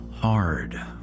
hard